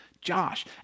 Josh